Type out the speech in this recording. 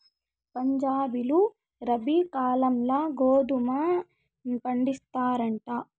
పంజాబీలు రబీ కాలంల గోధుమ పండిస్తారంట